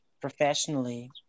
professionally